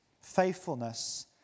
Faithfulness